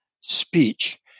speech